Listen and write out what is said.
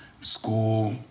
school